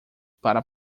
para